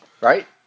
Right